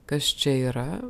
kas čia yra